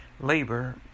labor